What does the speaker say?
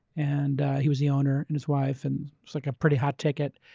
and he was the owner, and his wife. and it's like a pretty hot ticket.